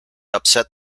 upset